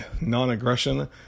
non-aggression